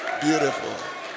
beautiful